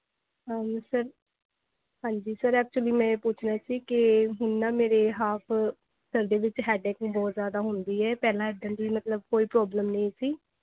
ਹਾਂਜੀ ਸਰ ਹਾਂਜੀ sir actually ਮੈਂ ਇਹ ਪੁੱਛਣਾ ਸੀ ਕਿ ਹੁਣ ਨਾ ਮੇਰੇ ਹਾਫ਼ ਸਿਰ ਦੇ ਵਿੱਚ ਹੈੱਡਏਕ ਬਹੁਤ ਜ਼ਿਆਦਾ ਹੁੰਦੀ ਹੈ ਪਹਿਲਾਂ ਇੱਦਾਂ ਦੀ ਮਤਲਬ ਕੋਈ ਪ੍ਰੋਬਲਮ ਨਹੀਂ ਸੀ